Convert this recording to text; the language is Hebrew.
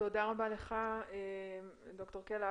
תודה רבה לך ד"ר קלע.